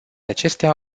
acestea